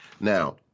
Now